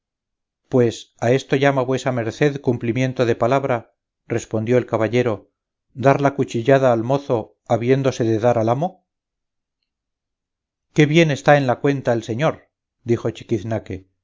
pues a esto llama vuesa merced cumplimiento de palabra respondió el caballero dar la cuchillada al mozo habiéndose de dar al amo qué bien está en la cuenta el señor dijo